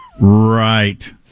Right